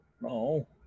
No